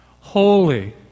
holy